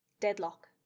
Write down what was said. Deadlock